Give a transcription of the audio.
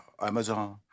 Amazon